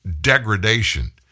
degradation